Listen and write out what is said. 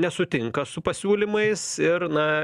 nesutinka su pasiūlymais ir na